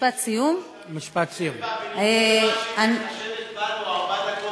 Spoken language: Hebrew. תתחשב בה כמו